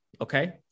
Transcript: Okay